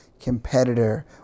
competitor